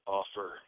offer